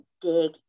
dig